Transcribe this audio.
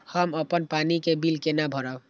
हम अपन पानी के बिल केना भरब?